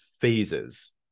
phases